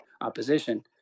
opposition